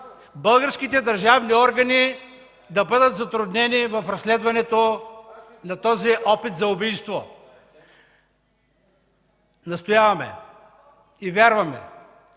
българските държавни органи да бъдат затруднени в разследването на този опит за убийство. (Силен шум